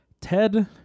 Ted